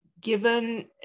Given